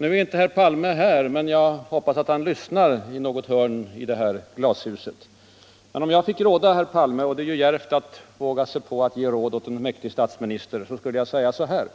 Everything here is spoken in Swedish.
Nu är inte herr Palme här, men jag hoppas att han lyssnar i något hörn i det här glashuset. Om jag fick råda herr Palme — och det är ju djärvt att våga sig på att ge råd åt en mäktig statsminister — skulle jag säga så här: